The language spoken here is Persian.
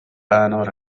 انار